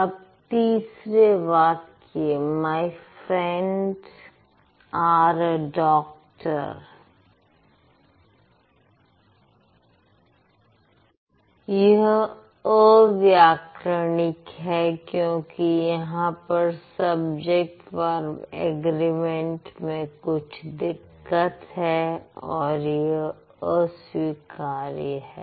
अब तीसरा वाक्य my friend are a doctor यह व्याकरणिक है क्योंकि यहां पर सब्जेक्ट वर्ब एग्रीमेंट में कुछ दिक्कत है और यह अस्वीकार्य है